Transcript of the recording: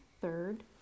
Third